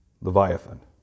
Leviathan